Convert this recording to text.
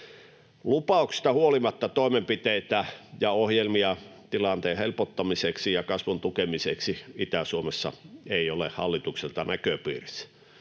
Lupauksista huolimatta toimenpiteitä ja ohjelmia tilanteen helpottamiseksi ja kasvun tukemiseksi Itä-Suomessa ei ole hallitukselta näköpiirissä.